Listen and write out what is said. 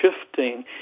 shifting